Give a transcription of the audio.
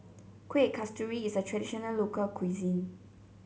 Kuih Kasturi is a traditional local cuisine